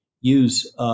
use